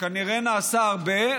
שכנראה נעשה הרבה,